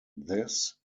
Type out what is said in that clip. this